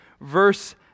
verse